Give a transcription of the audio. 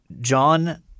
John